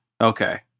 Okay